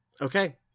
Okay